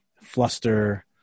fluster –